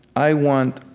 i want